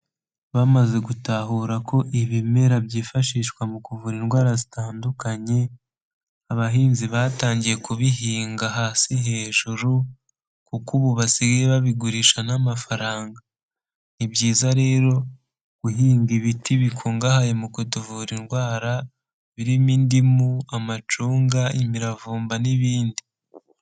Bamaze gutahura ko ibimera byifashishwa mu kuvura indwara zitandukanye, abahinzi batangiye kubihinga hasi hejuru, kuko ubu basigaye babigurisha n'amafaranga. Ni byiza rero guhinga ibiti bikungahaye mu kutuvura indwara birimo indimu, amacunga, imiravumba n'ibindi.